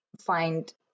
find